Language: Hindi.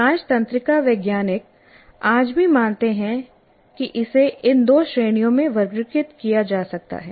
अधिकांश तंत्रिका वैज्ञानिक आज भी मानते हैं कि इसे इन दो श्रेणियों में वर्गीकृत किया जा सकता है